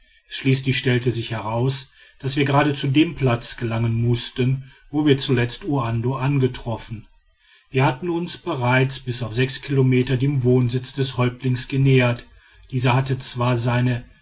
schließlich stellte sich heraus daß wir gerade zu dem platz gelangen mußten wo wir zuletzt uando angetroffen wir hatten uns bereits bis auf sechs kilometer dem wohnsitz des häuptlings genähert dieser hatte zwar seine